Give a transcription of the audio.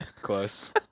close